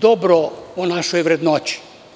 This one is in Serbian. dobro o našoj vrednoći.